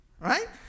right